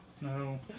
No